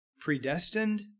predestined